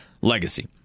legacy